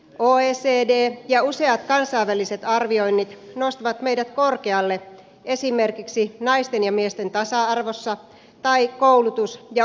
oecd ja useat kansainväliset arvioinnit nostavat meidät korkealle esimerkiksi naisten ja miesten tasa arvossa tai koulutus ja oppimisvertailuissa